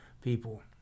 people